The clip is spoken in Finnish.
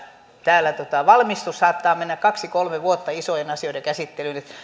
täällä valmistu saattaa mennä kaksi kolme vuotta isojen asioiden käsittelyyn